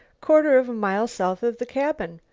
quarter of a mile south of the cabin.